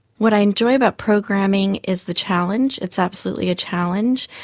what i enjoy about programming is the challenge, it's absolutely a challenge.